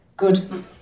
Good